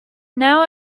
now